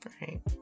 Right